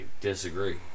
disagree